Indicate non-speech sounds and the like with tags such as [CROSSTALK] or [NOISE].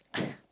[BREATH]